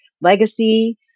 legacy